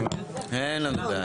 אין לנו בעיה